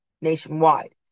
nationwide